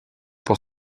pour